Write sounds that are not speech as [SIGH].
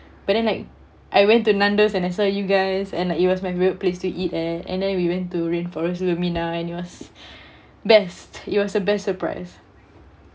but then like I went to Nando's and I saw you guys and like it was my favorite place to eat leh and then we went to rainforest lumina and it was [BREATH] best it was a best surprise